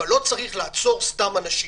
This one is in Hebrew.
אבל לא צריך לעצור סתם אנשים,